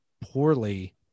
poorly